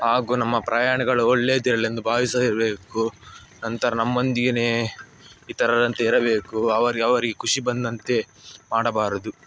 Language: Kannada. ಹಾಗೂ ನಮ್ಮ ಪ್ರಯಾಣಗಳು ಒಳ್ಳೆಯದಿರಲೆಂದು ಭಾವಿಸಬೇಕು ನಂತರ ನಮ್ಮೊಂದಿಗೇನೆ ಇತರರಂತೆ ಇರಬೇಕು ಅವರು ಅವರಿಗೆ ಖುಷಿ ಬಂದಂತೆ ಮಾಡಬಾರದು